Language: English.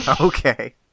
Okay